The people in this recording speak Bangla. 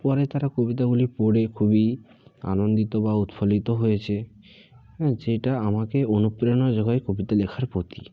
পরে তারা কবিতাগুলি পড়ে খুবই আনন্দিত বা উৎফুল্লিত হয়েছে অ্যাঁ যেটা আমাকে অনুপ্রেরণা জোগায় কবিতা লেখার প্রতি